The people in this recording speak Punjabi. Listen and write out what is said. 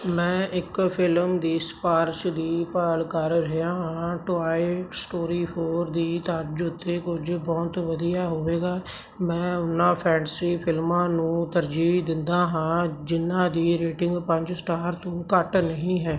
ਮੈਂ ਇੱਕ ਫਿਲਮ ਦੀ ਸਿਫਾਰਸ਼ ਦੀ ਭਾਲ ਕਰ ਰਿਹਾ ਹਾਂ ਟੋਆਏ ਸਟੋਰੀ ਫੋਰ ਦੀ ਤਰਜ਼ ਉੱਤੇ ਕੁਝ ਬਹੁਤ ਵਧੀਆ ਹੋਵੇਗਾ ਮੈਂ ਉਹਨਾਂ ਫੈਂਟਸੀ ਫਿਲਮਾਂ ਨੂੰ ਤਰਜੀਹ ਦਿੰਦਾ ਹਾਂ ਜਿਹਨਾਂ ਦੀ ਰੇਟਿੰਗ ਪੰਜ ਸਟਾਰ ਤੋਂ ਘੱਟ ਨਹੀਂ ਹੈ